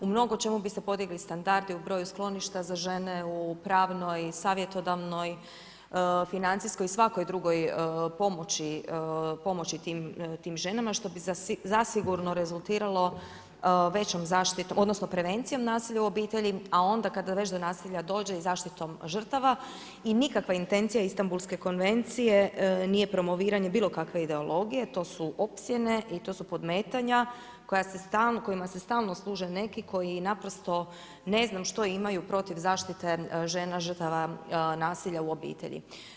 U mnogo čemu bi se podigli standardi u broju skloništa za žene u pravnoj, savjetodavnoj, financijskoj i svakoj drugoj pomoći tim ženama što bi zasigurno rezultiralo većom zaštitom, odnosno prevencijom nasilja u obitelji, a onda kad već do nasilja dođe i zaštitom žrtava i nikakva intencija Istambulske konvencije nije promoviranje bilo kakve ideologije, to su opsjene i to su podmetanja kojima se stalno služe neki koji naprosto ne znam što imaju protiv zaštite žena žrtava nasilja u obitelji.